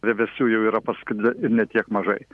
vieversių jau yra parskridę ir ne tiek mažai